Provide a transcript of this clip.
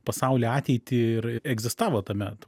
pasaulį ateitį ir egzistavo tuomet